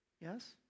Yes